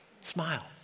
Smile